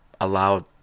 allowed